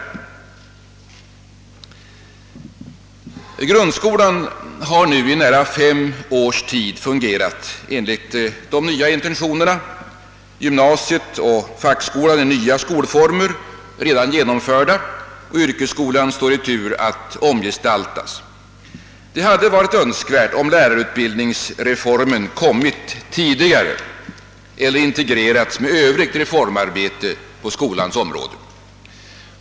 Grundskolan har nu i nära fem års tid fungerat enligt de nya intentionerna. Gymnasiet och fackskolan är nya skolformer som redan genomförts, och yrkesskolan står i tur att omgestaltas. Det hade varit önskvärt om lärarutbildningsreformen hade kommit tidigare eller integrerats med övrigt reformarbete på skolans område.